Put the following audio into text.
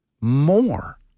more